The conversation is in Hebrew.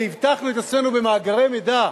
משכך, כשהבטחנו את עצמנו במאגרי מידע,